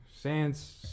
Sans